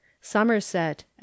Somerset